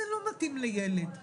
זה לא מתאים לילד.